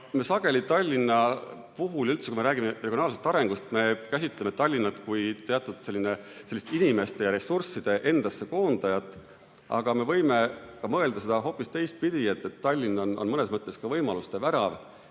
Sageli Tallinna puhul, kui me räägime üldse regionaalsest arengust, me käsitleme Tallinna kui teatud sellist inimeste ja ressursside endasse koondajat. Aga me võime ka mõelda seda hoopis teistpidi, et Tallinn on mõnes mõttes ka võimaluste värav.